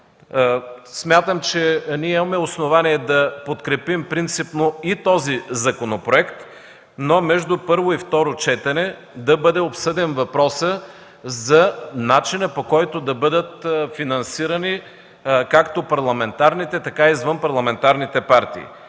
Смятам, че имаме основание да подкрепим принципно и този законопроект, но между първо и второ четене да бъде обсъден въпросът за начина, по който да бъдат финансирани както парламентарните, така и извънпарламентарните партии.